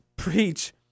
preach